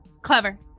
Clever